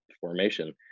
formation